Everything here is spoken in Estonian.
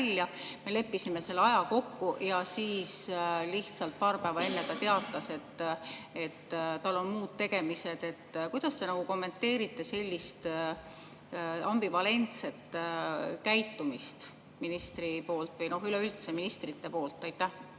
me leppisime selle aja kokku, aga siis lihtsalt paar päeva enne ta teatas, et tal on muud tegemised. Kuidas te kommenteerite sellist ambivalentset käitumist ministri poolt või üleüldse ministrite poolt? Aitäh!